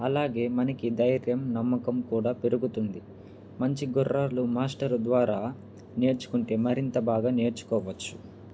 అలాగే మనకి ధైర్యం నమ్మకం కూడా పెరుగుతుంది మంచి గుర్రాలు మాస్టర్ ద్వారా నేర్చుకుంటే మరింత బాగా నేర్చుకోవచ్చు